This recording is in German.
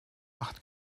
acht